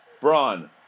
Braun